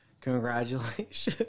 Congratulations